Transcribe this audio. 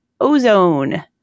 ozone